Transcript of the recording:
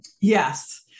Yes